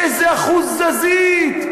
איזה אחוז תזזית,